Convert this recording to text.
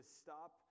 stop